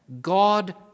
God